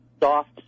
soft